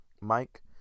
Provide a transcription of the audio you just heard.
Mike